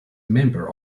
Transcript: member